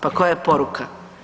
Pa koja je poruka?